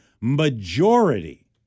Majority